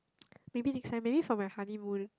maybe they climb maybe for my honeymoon